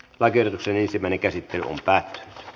lakiehdotuksen ensimmäinen käsittely päättyi